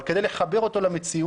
אבל כדי לחבר אותו למציאות,